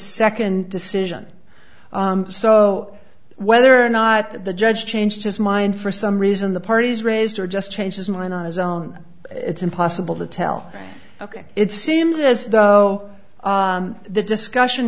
second decision so whether or not the judge changed his mind for some reason the parties raised or just changed his mind on his own it's impossible to tell ok it seems as though the discussion